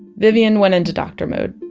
vivian went into doctor mode.